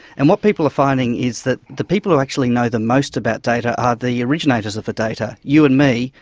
and what people are finding is that the people who actually know the most about data are the originators of the data, you and me,